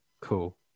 Cool